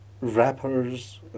rappers